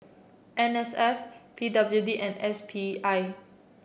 N S F P W D and S P I